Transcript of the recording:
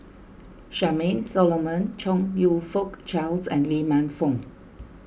Charmaine Solomon Chong You Fook Charles and Lee Man Fong